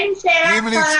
תן לי לשאול שאלה קצרה.